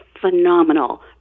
phenomenal